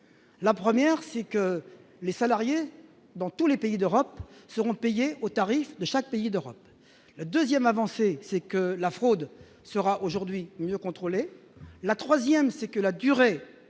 la 1ère c'est que les salariés dans tous les pays d'Europe seront payés au tarif mais chaque pays d'Europe, la 2ème avancée c'est que la fraude sera aujourd'hui mieux contrôlés, la 3ème, c'est que la durée